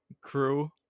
crew